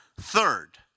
Third